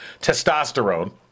Testosterone